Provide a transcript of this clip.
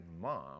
mom